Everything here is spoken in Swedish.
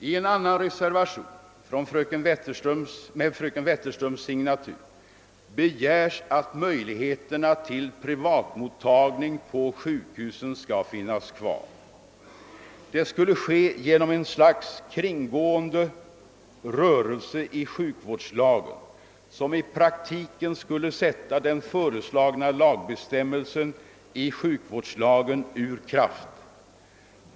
I en annan reservation med fröken Wetterströms signatur begärs att möjligheterna till privatmottagning på sjukhusen skall finnas kvar. Det skulle ske genom ett slags kringgående rörelse i sjukvårdslagen, som i praktiken skulle sätta den föreslagna lagbestämmelsen i sjukvårdslagen ur kraft.